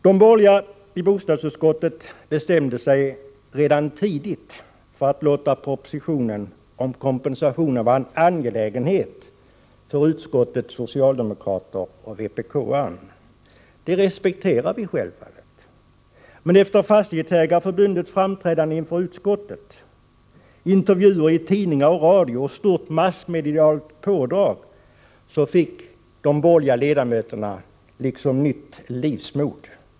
De borgerliga i bostadsutskottet bestämde sig redan tidigt för att låta propositionen om kompensation vara en angelägenhet för utskottets social demokrater och för dess vpk-ledamot. Det respekterar vi självfallet, men efter Fastighetsägarförbundets framträdande inför utskottet, efter intervjuer i tidningar och radio och efter ett stort massmedialt pådrag fick de borgerliga ledamöterna nytt livsmod.